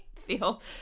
feel